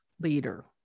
leader